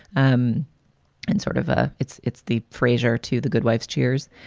um and sort of a it's it's the frazier to the good wives. cheers.